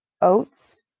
oats